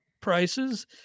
prices